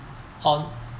on